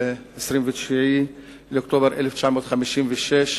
ב-29 באוקטובר 1956,